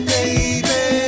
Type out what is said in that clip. Baby